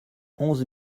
onze